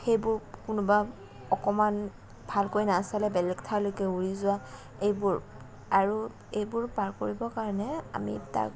সেইবোৰ কোনোবা অকণমান ভালকৈ নাচালে বেলেগ ঠাইলৈকে উৰি যোৱা এইবোৰ আৰু এইবোৰ পাৰ কৰিব কাৰণে আমি তাক